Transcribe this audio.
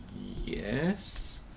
Yes